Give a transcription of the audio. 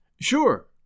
Sure